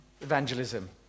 evangelism